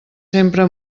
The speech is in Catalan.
sempre